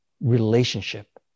relationship